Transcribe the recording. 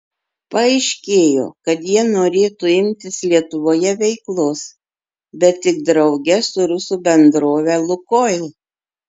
paaiškėjo kad jie norėtų imtis lietuvoje veiklos bet tik drauge su rusų bendrove lukoil